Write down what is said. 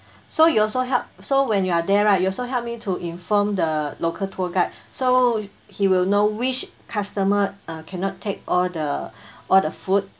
so you also help so when you are there right you also help me to inform the local tour guide so he will know which customer uh cannot take all the all the food